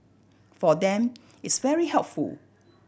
for them it's very helpful